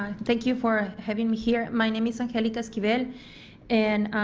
um thank you for having me here. my name is angelica esquivel and